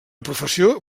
professió